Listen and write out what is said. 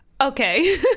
Okay